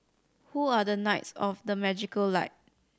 who are the knights of the magical light